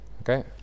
Okay